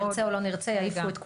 נרצה או לא נרצה יעיפו את כולנו,